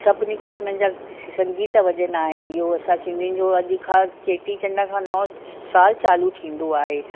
सभिनिनि क़िस्म जा संगीत वॼंदा आहिनि इहो असां सिंधियुनि जो अॼु खां चेटी चंड खां नओं साल चालू थींदो आहे